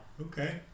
Okay